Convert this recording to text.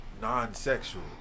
Non-sexual